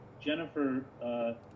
Jennifer